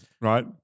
right